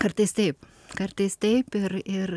kartais taip kartais taip ir ir